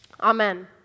Amen